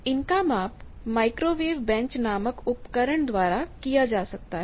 इनका माप microwave bench नामक उपकरण द्वारा किया जा सकता है